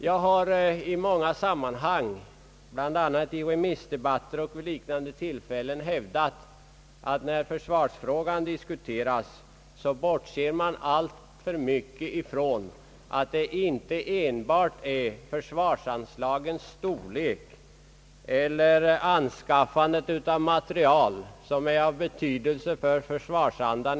Jag har i många sammanhang, bl.a. i remissdebatter och vid liknande tillfällen, hävdat att när försvarsfrågan diskuteras bortser man alltför mycket från att det inte enbart är försvarsanslagens storlek eller anskaffandet av materiel som är av betydelse för ett lands försvarskraft.